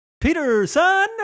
Peterson